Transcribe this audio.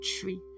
tree